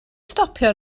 stopio